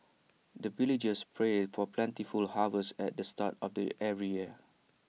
the villagers pray for plentiful harvest at the start of the every year